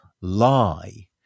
lie